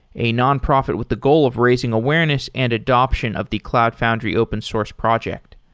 a nonprofit with the goal of raising awareness and adaption of the cloud foundry open source project.